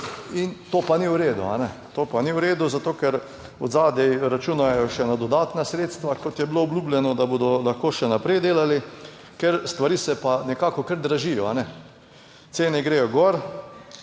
ne. To pa ni v redu. Zato, ker od zadaj računajo še na dodatna sredstva, kot je bilo obljubljeno, da bodo lahko še naprej delali, ker stvari se pa nekako kar dražijo. Cene gredo gor,